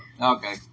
okay